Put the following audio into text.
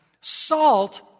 Salt